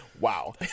wow